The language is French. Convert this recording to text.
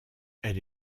elle